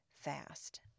fast